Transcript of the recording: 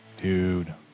Dude